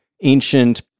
ancient